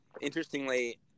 interestingly